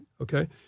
Okay